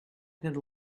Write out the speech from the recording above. good